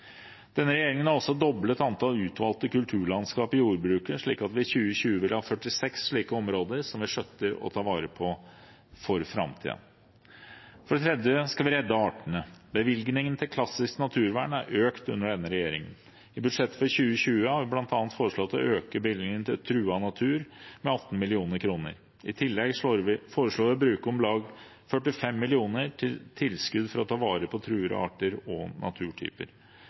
Denne regjeringen har også doblet antallet utvalgte kulturlandskap i jordbruket, slik at vi i 2020 vil ha 46 slike områder som vi skjøtter og tar vare på for framtiden. For det tredje skal vi redde artene: Bevilgningene til klassisk naturvern er økt under denne regjeringen. I budsjettet for 2020 har vi bl.a. foreslått å øke bevilgningen til truet natur med 18 mill. kr. I tillegg foreslår vi å bruke om lag 45 mill. kr til tilskudd for å ta vare på truede arter og naturtyper.